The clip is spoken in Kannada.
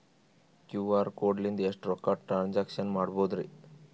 ಕ್ಯೂ.ಆರ್ ಕೋಡ್ ಲಿಂದ ಎಷ್ಟ ರೊಕ್ಕ ಟ್ರಾನ್ಸ್ಯಾಕ್ಷನ ಮಾಡ್ಬೋದ್ರಿ?